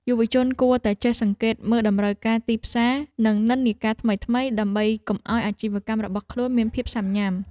យុវជនគួរតែចេះសង្កេតមើលតម្រូវការទីផ្សារនិងនិន្នាការថ្មីៗ ដើម្បីកុំឱ្យអាជីវកម្មរបស់ខ្លួនមានភាពស៊ាំញ៉ាំ។